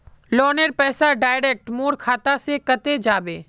लोनेर पैसा डायरक मोर खाता से कते जाबे?